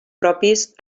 propis